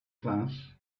class